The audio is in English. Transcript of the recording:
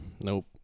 Nope